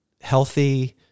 healthy